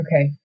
okay